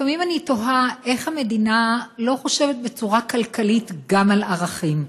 לפעמים אני תוהה איך המדינה לא חושבת בצורה כלכלית גם על ערכים.